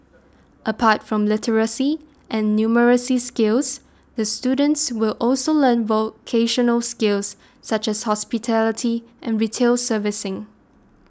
apart from literacy and numeracy skills the students will also learn vocational skills such as hospitality and retail servicing